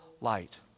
light